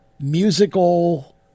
musical